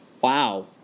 wow